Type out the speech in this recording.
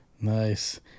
Nice